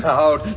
out